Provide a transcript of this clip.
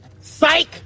Psych